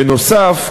בנוסף,